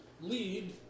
lead